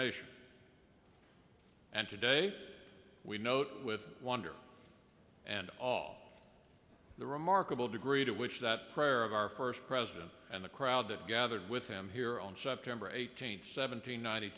nation and today we note with wonder and all the remarkable degree to which that prayer of our first president and the crowd that gathered with him here on september eighteenth